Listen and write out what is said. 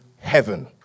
heaven